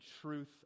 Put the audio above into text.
truth